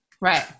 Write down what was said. Right